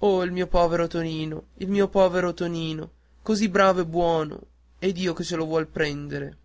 oh il mio povero tonino il mio povero tonino così bravo e buono e dio che ce lo vuol prendere